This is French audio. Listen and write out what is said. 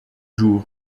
jour